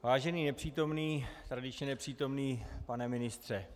Vážený nepřítomný tradičně nepřítomný pane ministře.